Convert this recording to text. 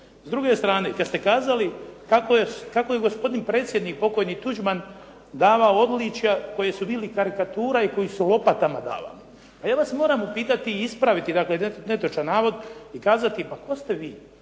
S druge strane, kada ste kazali kako je gospodin predsjednik pokojni Tuđman davao odličja koja su bili karikatura i koje su lopatama davali. Pa ja vas moram upitati i ispraviti dakle netočan navod, pa kazati tko ste vi